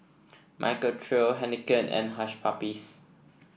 Michael Trio Heinekein and Hush Puppies